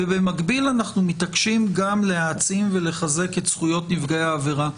ובמקביל אנחנו מתעקשים גם להעצים ולחזק את זכויות נפגעי העבירה.